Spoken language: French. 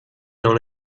dans